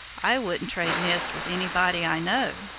i wouldn't trade nests with anybody i know.